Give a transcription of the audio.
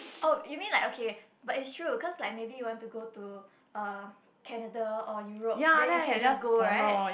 oh you mean like okay but it's true cause like maybe you want to go to uh Canada or Europe then you can just go right